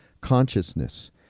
consciousness